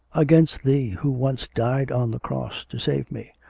against thee who once died on the cross to save me!